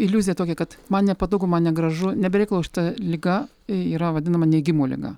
iliuzija tokia kad man nepatogu man negražu ne be reikalo šita liga yra vadinama neigimo liga